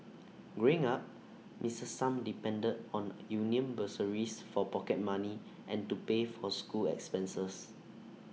growing up miss sum depended on union bursaries for pocket money and to pay for school expenses